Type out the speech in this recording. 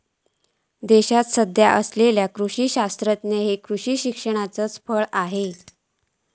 देशात सध्या असलेले कृषी शास्त्रज्ञ हे कृषी शिक्षणाचाच फळ आसत